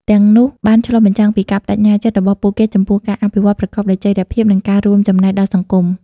ទាំងនោះបានឆ្លុះបញ្ចាំងពីការប្តេជ្ញាចិត្តរបស់ពួកគេចំពោះការអភិវឌ្ឍប្រកបដោយចីរភាព និងការរួមចំណែកដល់សង្គម ។